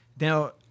Now